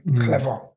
Clever